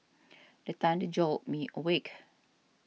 the thunder jolt me awake